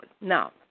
Now